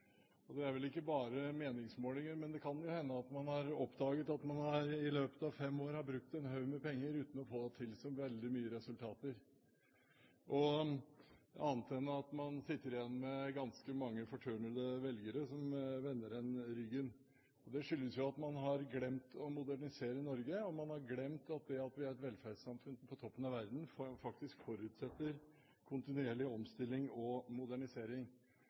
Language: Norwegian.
motbakke. Det skyldes vel ikke bare meningsmålinger, men det kan jo hende at man har oppdaget at man i løpet av fem år har brukt en haug med penger uten å få til så veldig mange resultater, annet enn at man sitter igjen med ganske mange fortørnede velgere som vender en ryggen. Det skyldes jo at man har glemt å modernisere Norge. Man har glemt at det at vi er et velferdssamfunn på toppen av verden, faktisk forutsetter kontinuerlig omstilling og modernisering.